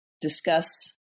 discuss